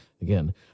again